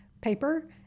paper